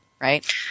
right